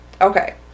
Okay